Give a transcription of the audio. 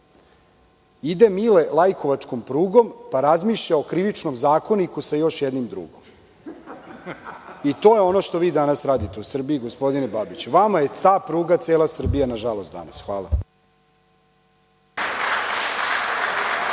„ide Mile Lajkovačkom prugom pa razmišlja o Krivičnom zakoniku sa još jednim drugom“ i to je ono što vi danas radite u Srbiji, gospodine Babiću. Vama je ta pruga cela Srbija nažalost danas. Hvala.